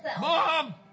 Mom